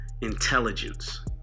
intelligence